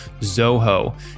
Zoho